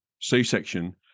c-section